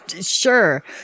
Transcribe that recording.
Sure